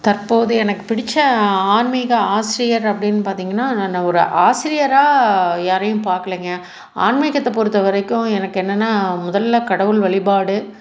தற்போது எனக்கு பிடிச்ச ஆன்மீக ஆசிரியர் அப்படின்னு பார்த்திங்கனா நான் ஒரு ஆசிரியராக யாரையும் பார்க்கலைங்க ஆன்மீகத்தை பொருத்த வரைக்கும் எனக்கு என்னென்னா முதல்ல கடவுள் வழிப்பாடு